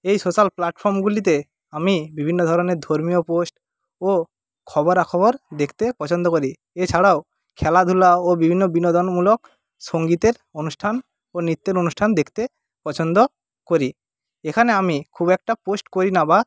এই সোশ্যাল প্ল্যাটফর্মগুলিতে আমি বিভিন্ন ধরনের ধর্মীয় পোস্ট ও খবরাখবর দেখতে পছন্দ করি এছাড়াও খেলাধুলা ও বিভিন্ন বিনোদনমূলক সঙ্গীতের অনুষ্ঠান ও নৃত্যের অনুষ্ঠান দেখতে পছন্দ করি এখানে আমি খুব একটা পোস্ট করি না বা